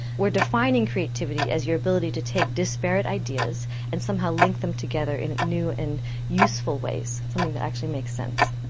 we're defining creativity as your ability to take disparate ideas and somehow link them together in new and useful ways, something that actually makes sense.